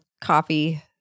coffee